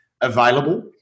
available